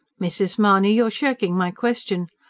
mrs. mahony, you're shirking my question.